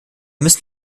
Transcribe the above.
müssen